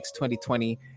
2020